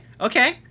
okay